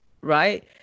right